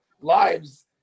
lives